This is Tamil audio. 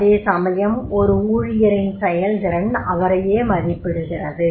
அதே சமயம் ஒரு ஊழியரின் செயல் திறன் அவரையே மதிப்பிடுகிறது